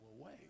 away